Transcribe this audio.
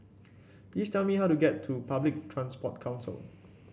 please tell me how to get to Public Transport Council